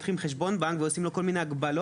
פותחים לו חשבון בנק ועושים לו כל מיני הגבלות.